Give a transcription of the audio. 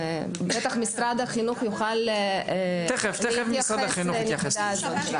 בטח משרד החינוך יוכל להתייחס לנקודה הזאת.